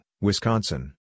Wisconsin